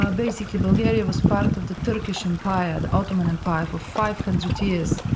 ah basically, bulgaria was part of the turkish empire, the ottoman empire, for five hundred years.